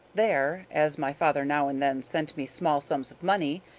there, as my father now and then sent me small sums of money,